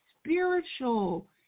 spiritual